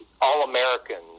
All-Americans